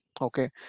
okay